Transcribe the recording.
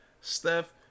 Steph